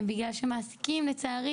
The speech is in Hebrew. בגלל שמעסיקים לצערי,